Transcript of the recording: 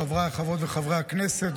חבריי חברות וחברי הכנסת